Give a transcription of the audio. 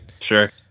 Sure